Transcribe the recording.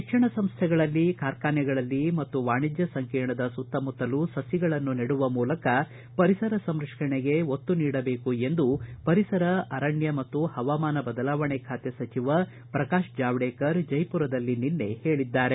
ಶಿಕ್ಷಣ ಸಂಸ್ಥೆಗಳಲ್ಲಿ ಕಾರ್ಖಾನೆಗಳಲ್ಲಿ ಮತ್ತು ವಾಣಿಜ್ಯ ಸಂಕೀರ್ಣದ ಸುತ್ತಮುತ್ತಲೂ ಸಸಿಗಳನ್ನು ನೆಡುವ ಮೂಲಕ ಪರಿಸರ ಸಂರಕ್ಷಣೆಗೆ ಒತ್ತು ನೀಡಬೇಕು ಎಂದು ಪರಿಸರ ಅರಣ್ಯ ಮತ್ತು ಹವಾಮಾನ ಬದಲಾವಣೆ ಖಾತೆ ಸಚಿವ ಪ್ರಕಾಶ್ ಜಾವಡೇಕರ್ ಜೈಪುರದಲ್ಲಿ ನಿನ್ನೆ ಹೇಳಿದ್ದಾರೆ